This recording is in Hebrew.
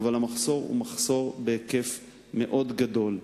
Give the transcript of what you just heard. אבל המחסור הוא מחסור בהיקף מאוד גדול.